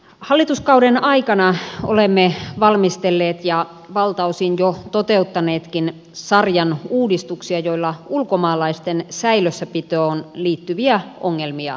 hallituskauden aikana olemme valmistelleet ja valtaosin jo toteuttaneetkin sarjan uudistuksia joilla ulkomaalaisten säilössäpitoon liittyviä ongelmia ratkottaisiin